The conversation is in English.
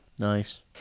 Nice